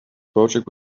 project